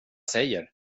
säger